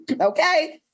okay